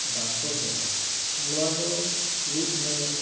ᱵᱟᱝᱼᱠᱚ ᱡᱚᱢᱟ ᱟᱨ ᱱᱚᱣᱟᱫᱚ ᱢᱤᱫ ᱫᱷᱟᱣ